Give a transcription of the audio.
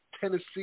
Tennessee